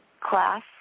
class